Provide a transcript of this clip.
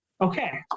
okay